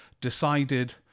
decided